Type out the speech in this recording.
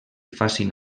facin